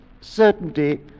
certainty